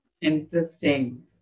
Interesting